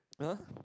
!huh!